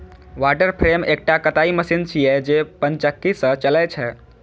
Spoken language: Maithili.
वाटर फ्रेम एकटा कताइ मशीन छियै, जे पनचक्की सं चलै छै